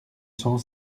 cent